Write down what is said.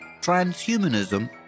transhumanism